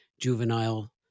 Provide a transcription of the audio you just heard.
juvenile